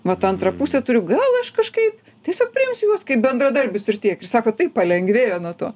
vat antrą pusę turiu gal aš kažkaip tiesiog priimsiu juos kaip bendradarbius ir tiek ir sako taip palengvėjo nuo to